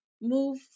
move